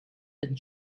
and